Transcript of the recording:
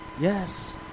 Yes